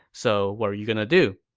so what are you gonna do?